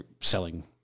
selling